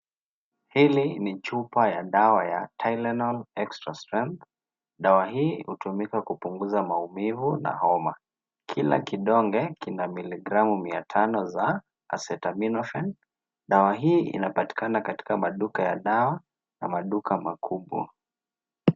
Hili ni chupa ya dawa ya Tylenol extra strength . Dawa hii hutumika kupunguza maumivu na homa. Kila kidonge kina kilogramu mia tano za Acetaminophen. Dawa hii inapatikana katika maduka ya dawa ama maduka makubwa.